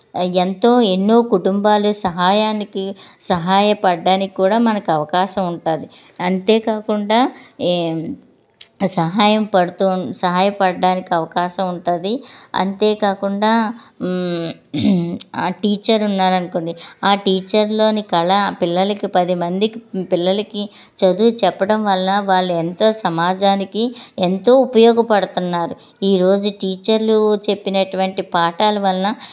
ఎంతో ఎన్నో కుటుంబాలు సహాయానికి సహాయపడడానికి కూడా మనకు అవకాశం ఉంటుంది అంతేకాకుండా సహాయం పడుతు సహాయపడడానికి అవకాశం ఉంటుంది అంతేకాకుండా ఆ టీచర్ ఉన్నారు అనుకోండి ఆ టీచర్లోని కళ పిల్లలకు పది మంది పిల్లలకి చదువు చెప్పటం వల్ల వాళ్ళు ఎంతో సమాజానికి ఎంతో ఉపయోగపడుతున్నారు ఈరోజు టీచర్లు చెప్పినటువంటి పాఠాల వల్ల